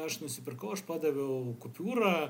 aš nusipirkau aš padaviau kupiūrą